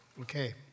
Okay